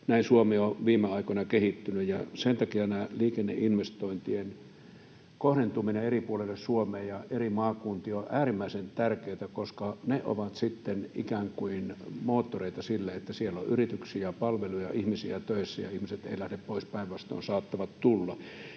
Näin Suomi on viime aikoina kehittynyt, ja sen takia liikenneinvestointien kohdentuminen eri puolille Suomea ja eri maakuntiin on äärimmäisen tärkeätä, koska ne ovat sitten ikään kuin moottoreita sille, että siellä on yrityksiä, palveluja, ihmisiä töissä ja ihmiset eivät lähde pois — päinvastoin saattavat tulla.